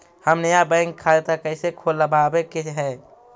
हम नया बैंक खाता कैसे खोलबाबे के है?